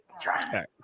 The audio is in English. Try